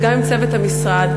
וגם עם צוות המשרד,